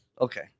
Okay